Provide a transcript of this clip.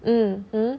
mmhmm